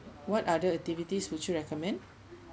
what other activities would you recommend